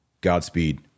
Godspeed